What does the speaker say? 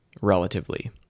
relatively